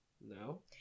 no